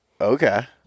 okay